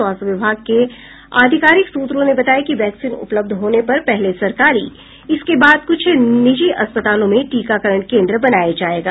स्वास्थ्य विभाग के आधिकारिक सूत्रों ने बताया कि वैक्सीन उपलब्ध होने पर पहले सरकारी इसके बाद कुछ निजी अस्पतालों में टीकाकरण केन्द्र बनाया जायेगा